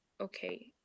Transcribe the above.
okay